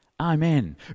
Amen